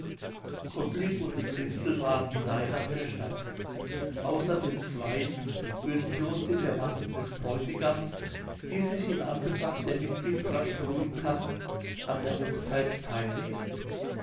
gottlieb und die christel waren hinein nach der stadt außer den zweien würden bloß die verwandten des bräutigams die sich in anbetracht der mitgift rasch beruhigt hatten an der hochzeit teilnehmen